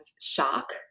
shock